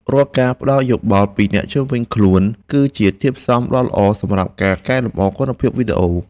រាល់ការផ្តល់យោបល់ពីអ្នកជុំវិញខ្លួនគឺជាធាតុផ្សំដ៏ល្អសម្រាប់ការកែលម្អគុណភាពវីដេអូ។